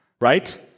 right